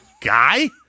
guy